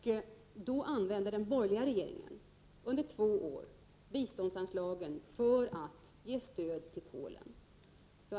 Då använde den borgerliga regeringen under två år bi ståndsanslagen för att ge stöd till Polen.